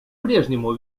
прежнему